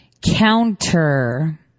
counter